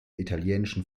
italienischen